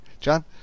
John